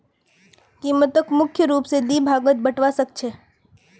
कीमतक मुख्य रूप स दी भागत बटवा स ख छ